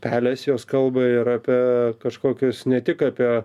pelės jos kalba yra apie kažkokius ne tik apie